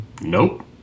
Nope